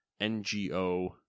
NGO